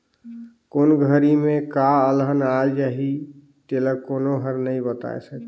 कोन घरी में का अलहन आ जाही तेला कोनो हर नइ बता सकय